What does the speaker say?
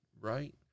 right